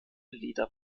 lieder